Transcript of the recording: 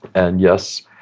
and yes,